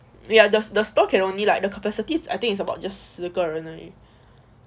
ya the the the stall can only like the capacities I think it's about 就十个人而已